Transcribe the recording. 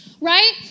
Right